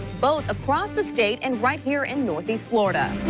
both across the state and right here in northea flori.